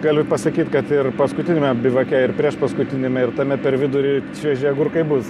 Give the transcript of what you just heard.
galiu pasakyt kad ir paskutiniame bivake ir priešpaskutiniame ir tame per vidurį švieži agurkai bus